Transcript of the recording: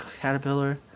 caterpillar